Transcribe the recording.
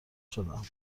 شدم